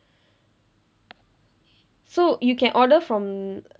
so you can order from